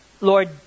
Lord